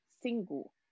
single